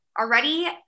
already